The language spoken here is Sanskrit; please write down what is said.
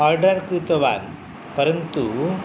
आर्डर् कृतवान् परन्तु